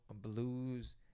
Blues